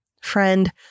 Friend